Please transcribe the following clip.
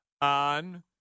on